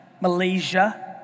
Malaysia